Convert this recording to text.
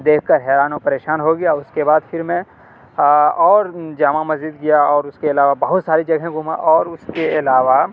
دیکھ کر حیران و پریشان ہو گیا اس کے بعد پھر میں اور جامع مسجد گیا اور اس کے علاوہ بہت ساری جگہیں گھوما اور اس کے علاوہ